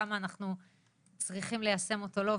כמה אנחנו צריכים ליישם אותו או לא,